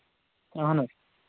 اَہَن حظ